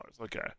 Okay